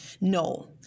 No